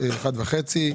לא בדקתי,